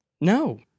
No